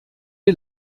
est